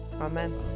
Amen